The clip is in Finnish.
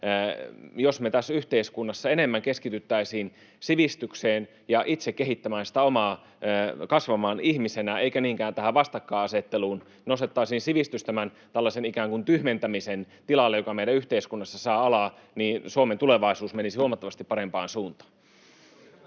jos me tässä yhteiskunnassa enemmän keskityttäisiin sivistykseen ja kasvamaan ihmisenä eikä niinkään tähän vastakkainasetteluun, nostettaisiin sivistys tämän tällaisen ikään kuin tyhmentämisen tilalle, joka meidän yhteiskunnassa saa alaa, niin Suomen tulevaisuus menisi huomattavasti parempaan suuntaan.